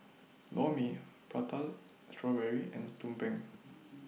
Lor Mee Prata Strawberry and Tumpeng